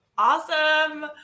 awesome